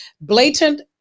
Blatant